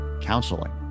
counseling